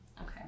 okay